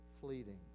fleeting